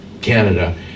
Canada